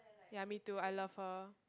ya me too I love her